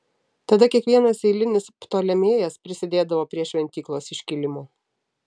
tada kiekvienas eilinis ptolemėjas prisidėdavo prie šventyklos iškilimo